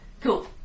Cool